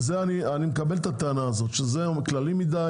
אני מקבל את הטענה הזאת שזה כללי מידי